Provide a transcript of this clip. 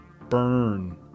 burn